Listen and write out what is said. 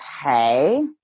okay